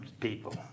people